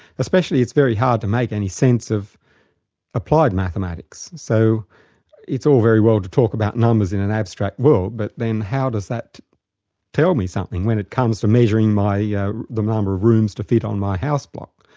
especially it's very hard to make any sense of applied mathematics. so it's all very well to talk about numbers in an abstract world, but then how does that tell me something when it comes to measuring yeah the number of rooms to fit on my house block?